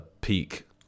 peak